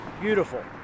Beautiful